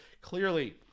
clearly